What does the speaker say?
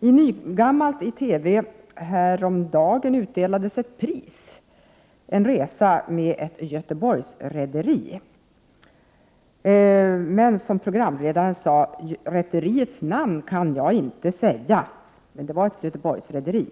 I Nygammalt i TV häromdagen utdelades ett pris, en resa med ett Göteborgsrederi. Programledaren sade: ”Rederiets namn kan jag inte säga.” Men det var ett Göteborgsrederi.